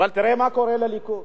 אבל תראה מה קורה לליכוד.